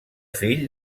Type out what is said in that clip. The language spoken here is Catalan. fill